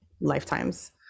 lifetimes